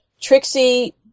trixie